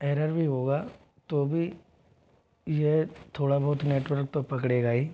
error भी होगा तो भी ये थोड़ा बहुत नेटवर्क तो पकड़ेगा ही